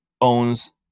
owns